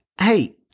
hey